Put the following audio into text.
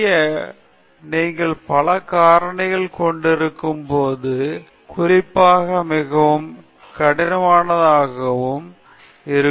இதை செய்ய நீங்கள் பல காரணிகளைக் கொண்டிருக்கும் போது குறிப்பாக மிகவும் கடினமானதாக இருக்கும்